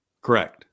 Correct